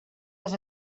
les